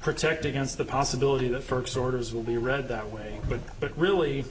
protect against the possibility the first orders will be read that way but but really